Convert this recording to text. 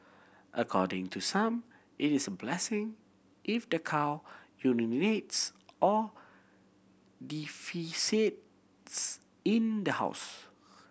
according to some it is blessing if the cow urinates or defecates in the house